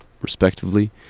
respectively